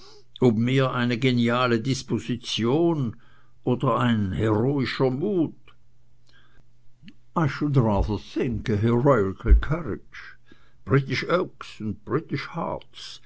ob mehr eine geniale disposition oder ein heroischer mut